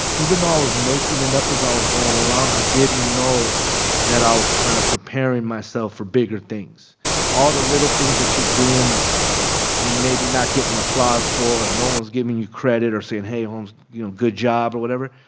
even though i was making it up as i was going along, i didn't know that i was kind of preparing myself for bigger things all the little things that you're doing that you're maybe not getting applause for, no one's giving you credit or saying, hey, holmes, you know, good job or whatever,